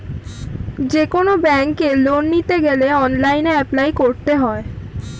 যেকোনো ব্যাঙ্কে লোন নিতে গেলে অনলাইনে অ্যাপ্লাই করতে হয়